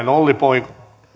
puhemies